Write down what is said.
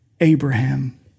Abraham